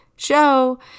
show